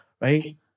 right